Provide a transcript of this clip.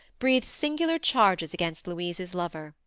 breathed singular charges against louise's lover.